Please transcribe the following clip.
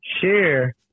share